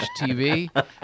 TV